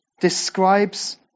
describes